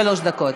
שלוש דקות.